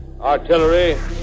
Artillery